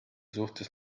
suhtes